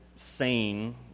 sane